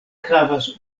havas